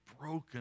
broken